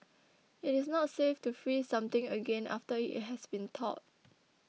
it is not safe to freeze something again after it has been thawed